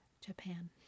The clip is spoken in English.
Japan